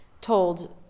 told